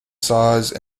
size